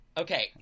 Okay